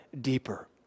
deeper